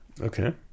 Okay